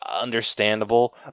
understandable